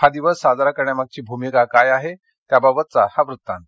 हा दिवस साजरा करण्यामागची भूमिका काय आहे त्याबाबतचा हा वृत्तांत